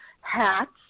Hats